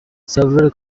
several